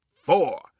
four